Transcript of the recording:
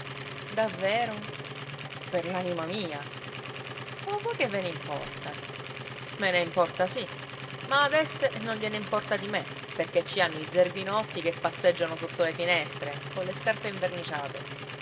davvero per l'anima mia o a voi che ve ne importa me ne importa sì ma ad esse non gliene importa di me perché ci hanno i zerbinotti che passeggiano sotto le finestre colle scarpe inverniciate